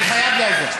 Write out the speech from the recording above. אני חייב לאזן.